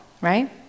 right